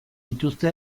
dituzte